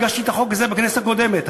הגשתי את החוק הזה בכנסת הקודמת,